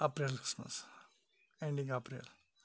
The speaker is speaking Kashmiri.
اَپریلَس مَنٛز ایٚنڈِنٛگ اَپریل